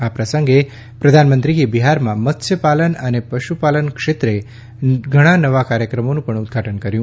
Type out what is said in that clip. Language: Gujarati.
આ પ્રસંગે પ્રધાનમંત્રીએ બિહારમાં મત્સ્ય પાલન અને પશુપાલન ક્ષેત્રે ઘણા નવા કાર્યક્રમોનું પણ ઉદઘાટન કર્યું